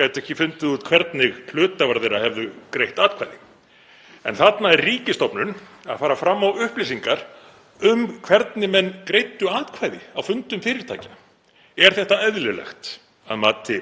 gætu ekki fundið út hvernig hluthafar þeirra hefðu greitt atkvæði. En þarna er ríkisstofnun að fara fram á upplýsingar um hvernig menn greiddu atkvæði á fundum fyrirtækjanna. Er þetta eðlilegt að mati